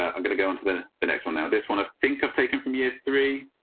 ah i'm going to go into the the next one now. this one i think i've taken from year three,